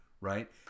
Right